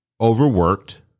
overworked